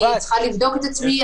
אני צריכה לבדוק את עצמי,